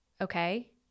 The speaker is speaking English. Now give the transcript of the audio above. Okay